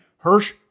Hirsch